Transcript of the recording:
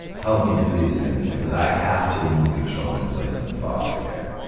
help me do these things because i have to remove your children and place them in foster care